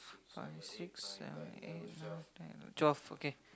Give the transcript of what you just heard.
five six seven eight nine ten twelve okay